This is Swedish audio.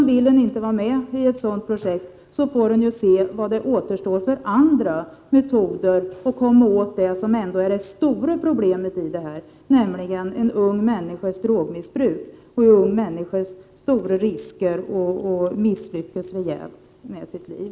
Vill man inte vara med i ett sådant projekt, får det övervägas vilka andra metoder som återstår för att komma åt det som är det stora problemet, nämligen en ung människas drogmissbruk och en ung människas stora risker att misslyckas rejält med sitt liv.